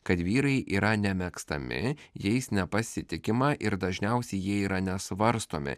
kad vyrai yra nemėgstami jais nepasitikima ir dažniausiai jie yra nesvarstomi